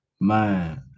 Man